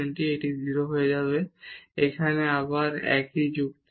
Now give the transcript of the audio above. সুতরাং এটি 0 তে যাবে এবং এখানে আবার একই যুক্তি